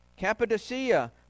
Cappadocia